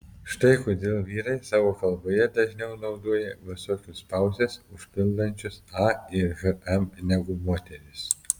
štai kodėl vyrai savo kalboje dažniau naudoja visokius pauzes užpildančius a ir hm negu moterys